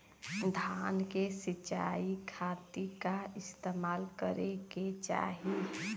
धान के सिंचाई खाती का इस्तेमाल करे के चाही?